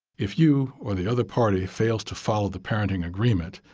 if you or the other party fails to follow the parenting agreement,